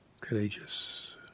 Courageous